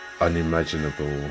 unimaginable